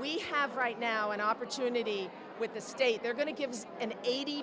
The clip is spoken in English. we have right now an opportunity with the state they're going to give us an eighty